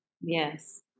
Yes